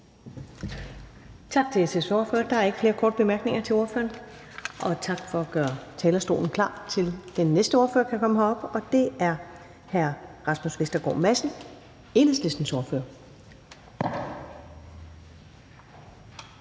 Tak til SF's ordfører. Der er ikke flere korte bemærkninger til ordføreren. Tak for at gøre talerstolen klar til, at den næste ordfører kan komme herop, og det er hr. Rasmus Vestergaard Madsen, som er Enhedslistens ordfører.